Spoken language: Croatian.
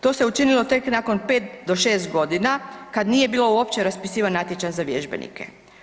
To se učinilo tek nakon pet do šest godina kad nije bilo uopće raspisivan natječaj za vježbenike.